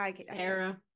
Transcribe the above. Sarah